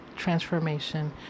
transformation